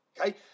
okay